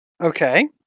Okay